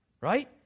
Right